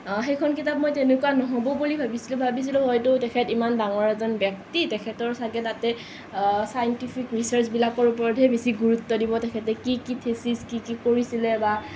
সেইখন কিতাপ মই তেনেকুৱা নহ'ব বুলি ভাবিছোলোঁ ভবিছিলোঁ হয়তো তেখেত ইমান ডাঙৰ এজন ব্যক্তি তেখেতৰ ছাগে তাতে ছাইণ্টিফিক ৰিচাৰ্ছ্বিলাকৰহে বেছি গুৰুত্ব দিব তেখেতে কি কি থেছিছ কি কি কৰিছিলে বা